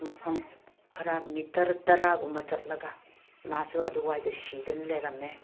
ꯃꯐꯝ ꯈꯔ ꯃꯤꯇꯔ ꯇꯔꯥꯒꯨꯝꯕ ꯆꯠꯂꯒ ꯃꯥꯁꯨ ꯑꯗꯨꯋꯥꯏꯗ ꯁꯤꯗꯅ ꯂꯩꯔꯝꯃꯦ